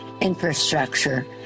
infrastructure